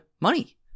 money